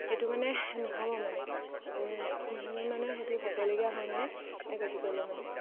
এইটো মানে নহ'ব মানে মানে সেইটো হ'বলগীয়া হয় মানে গতিকেলৈ মানে